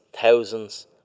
thousands